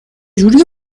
جوری